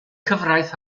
cyfraith